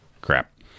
Crap